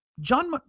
John